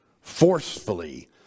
forcefully